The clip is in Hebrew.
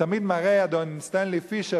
ותמיד מראה אדון סטנלי פישר,